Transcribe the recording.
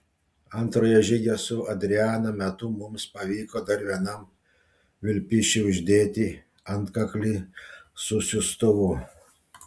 antrojo žygio su adriana metu mums pavyko dar vienam vilpišiui uždėti antkaklį su siųstuvu